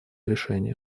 решение